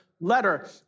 letter